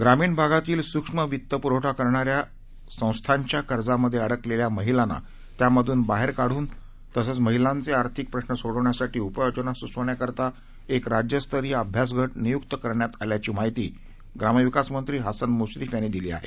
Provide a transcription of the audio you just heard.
ग्रामीण भागातील सुक्ष्म वित्त पुरवठा करणाऱ्या संस्थांच्या कर्जामध्ये अडकलेल्या महिलांना त्यामधून बाहेर काढून तसचं महिलांचे आर्थिक प्रश्न सोडविण्यासाठी उपाययोजना सुचविण्याकरिता एक राज्यस्तरिय अभ्यासगट नियुक्त करण्यात आल्याची माहिती ग्रामविकास मंत्री हसन मुश्रीफ यांनी दिली आहे